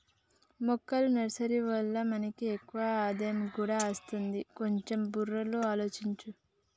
మొక్కల నర్సరీ వల్ల మనకి ఎక్కువ ఆదాయం కూడా అస్తది, కొంచెం బుర్రలో ఆలోచించు